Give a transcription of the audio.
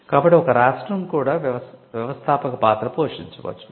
కాబట్టి ఒక రాష్ట్రం కూడా 'వ్యవస్థాపక పాత్ర' పోషించవచ్చు